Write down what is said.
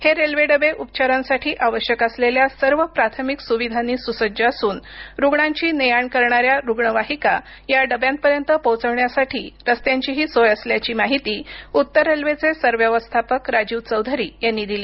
हे रेल्वे डबे उपचारांसाठी आवश्यक असलेल्या सर्व प्राथमिक सुविधांनी सुसज्ज असून रुग्णांची ने आण करणाऱ्या रुग्णवाहिका या डब्यांपर्यत पोहोचण्यासाठी रस्त्यांचीही योग्य सोय असल्याची माहिती उत्तर रेल्वेचे सरव्यवस्थापक राजीव चौधरी यांनी दिली